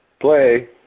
Play